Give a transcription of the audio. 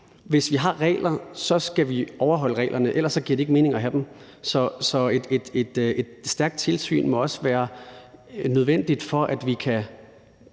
hvis vi har regler, skal vi overholde reglerne. Ellers giver det ikke mening at have dem. Så et stærkt tilsyn må også være nødvendigt, for at vi kan